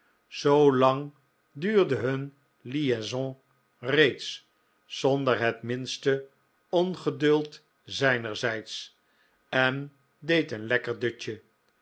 duurde hun liaison reeds zonder het minste ongeduld zijnerzijds en deed een lekker dutje